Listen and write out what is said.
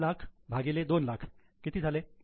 10 लाख भागिले 2 लाख किती झाले